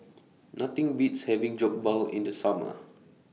Nothing Beats having Jokbal in The Summer